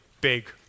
big